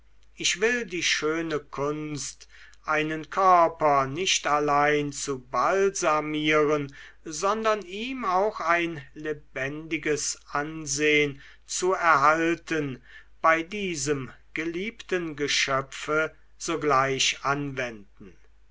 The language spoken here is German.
ich will die schöne kunst einen körper nicht allein zu balsamieren sondern ihm auch ein lebendiges ansehn zu erhalten bei diesem geliebten geschöpfe sogleich anwenden